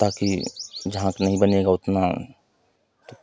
ताकि झाग नहीं बनेगा उतना तो